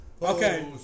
Okay